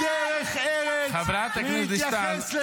מי שאמר שטייסים הם לא מלח הארץ ------ חברת הכנסת דיסטל,